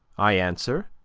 i answer,